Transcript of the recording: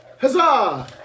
Huzzah